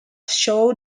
shows